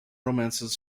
romances